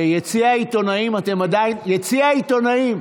יציע העיתונאים, אתם עדיין, יציע העיתונאים,